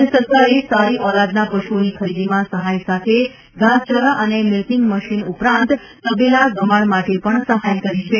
રાજય સરકારે સારી ઓલાદના પશુઓની ખરીદીમાં સહાય સાથે ધાસચારા અને મીલ્કીગ મશીન ઉપરાંત તબેલા ગમાજ્ઞ માટે પજ્ઞ સહાય કરે છે